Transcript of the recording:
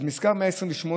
אז מפגש 128,